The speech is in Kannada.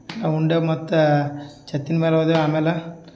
ನಾವು ಉಂಡೆವು ಮತ್ತು ಛತ್ತಿನ ಮೇಲೆ ಹೋದೆವು ಆಮೇಲೆ